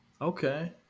Okay